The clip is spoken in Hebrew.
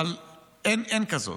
אבל אין כזאת.